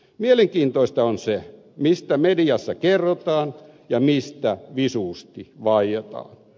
mielenkiintoista on se mistä mediassa kerrotaan ja mistä visusti vaietaan